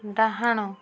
ଡାହାଣ